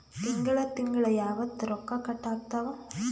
ತಿಂಗಳ ತಿಂಗ್ಳ ಯಾವತ್ತ ರೊಕ್ಕ ಕಟ್ ಆಗ್ತಾವ?